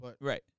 right